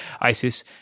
ISIS